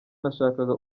nashakaga